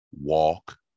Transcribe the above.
walk